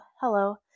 hello